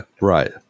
Right